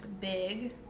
Big